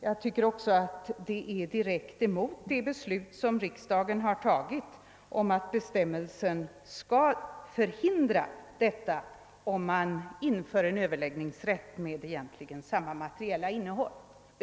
Jag tycker att det står i direkt strid mot det beslut som riksdagen har fattat om att bestämmelsen skall förhindra detta, om man inför överläggningsrätt med egentligen samma materiella innehåll.